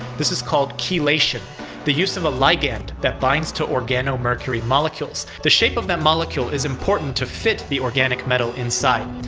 this is called chelation the use of a ligand that binds to organomercury molecules. the shape of that molecule is important to fit the organic metal inside.